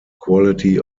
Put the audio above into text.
quality